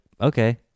okay